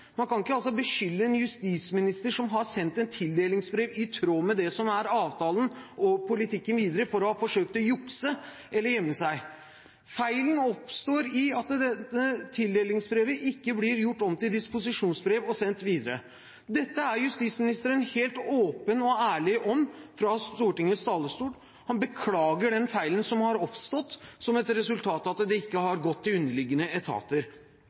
Man kan ikke beskylde en justisminister som har sendt et tildelingsbrev, i tråd med det som er avtalen og politikken videre, for å ha forsøkt å jukse eller gjemme seg. Feilen oppstår ved at dette tildelingsbrevet ikke blir gjort om til disposisjonsbrev og sendt videre. Dette er justisministeren helt åpen og ærlig om fra Stortingets talerstol. Han beklager den feilen som har oppstått som et resultat av at det ikke har gått til underliggende etater.